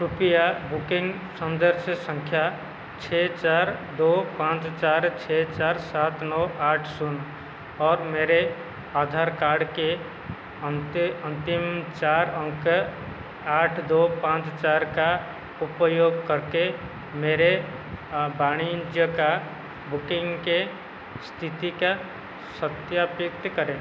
क्रुपया booking संदर्स संख्या छः चार दो पाँच चार छः चार सात नौ आठ शून्य और मेरे आधार कार्ड के अंते अंतिम चार अंक आठ दो पाँच चार का उपयोग करके मेरे वाणिज्य का बुकिंग के स्थिति का सत्यापित करें